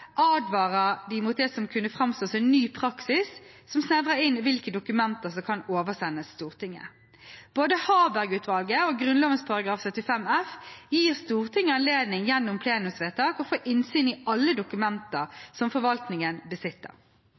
advarer de mot det som kunne framstå som en ny praksis, som snevrer inn hvilke dokumenter som kan oversendes Stortinget. Både Harberg-utvalget og Grunnloven § 75 f gir Stortinget anledning gjennom plenumsvedtak til å få innsyn i alle dokumenter som forvaltningen besitter.